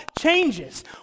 changes